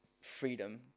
freedom